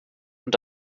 und